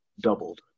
doubled